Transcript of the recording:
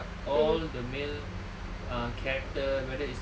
all the male ah character whether it's the